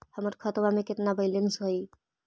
हमर खतबा में केतना बैलेंस हई?